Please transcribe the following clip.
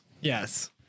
Yes